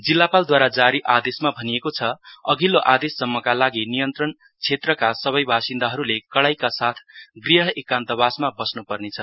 जिल्लापालद्रवारा जारी आदेशमा भनिएको छ अघिल्लो आदेशसम्मका लागि नियन्त्रण क्षेत्रका सबै वासिन्दाहरुले कड़ाइका साथ गृह एकान्तवासमा बस्नुपर्ने छ